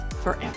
forever